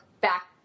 back